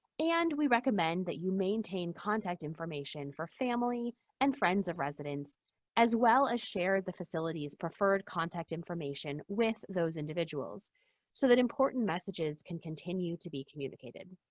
and we recommend that you maintain contact information for family and friends of residents as well as share the facility's preferred contact information with those individuals so that important messages can continue to be communicated.